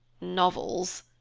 novels!